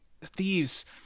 thieves